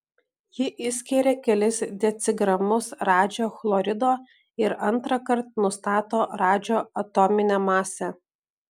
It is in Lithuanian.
ji išskiria kelis decigramus radžio chlorido ir antrąkart nustato radžio atominę masę